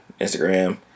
instagram